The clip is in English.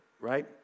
right